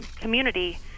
community